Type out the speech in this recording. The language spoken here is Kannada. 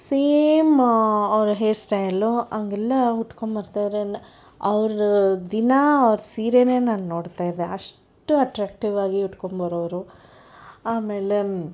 ಸೇಮ್ ಅವರ ಹೇರ್ ಸ್ಟೈಲು ಹಾಗೆಲ್ಲ ಉಟ್ಕೊಂಡು ಬರ್ತಾರೆ ಏನು ಅವರು ದಿನ ಅವರ ಸೀರೆನೆ ನಾನು ನೋಡ್ತಾಯಿದ್ದೆ ಅಷ್ಟು ಅಟ್ರಾಕ್ಟಿವ್ ಆಗಿ ಉಟ್ಕೊಂಡು ಬರೋರು ಆಮೇಲೆ